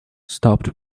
stopped